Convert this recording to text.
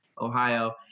Ohio